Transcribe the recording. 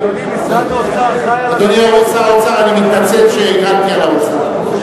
אדוני שר האוצר, אני מצטער שהגנתי על האוצר.